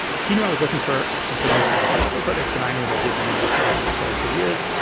he knew i was looking for information about the aleppo codex and i knew that he had been investigating the story for years.